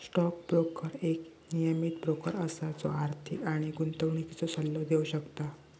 stock broker एक नियमीत broker असा जो आर्थिक आणि गुंतवणुकीचो सल्लो देव शकता